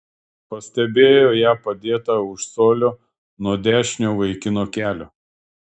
pastebėjo ją padėtą už colio nuo dešinio vaikino kelio